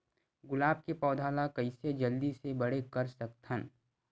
गुलाब के पौधा ल कइसे जल्दी से बड़े कर सकथन?